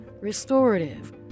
restorative